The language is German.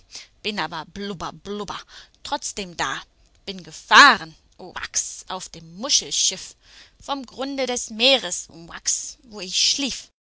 bin aber blubber blubber trotzdem da bin gefahren uax auf dem muschelschiff vom grunde des meeres uax wo ich schlief